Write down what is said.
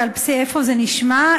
איפה זה נשמע,